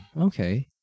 okay